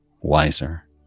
wiser